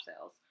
sales